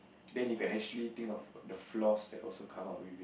then you can actually think of the the flaws that also come out with